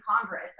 Congress